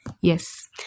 yes